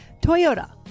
Toyota